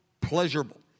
pleasurable